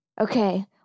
Okay